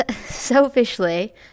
selfishly